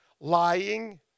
lying